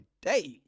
days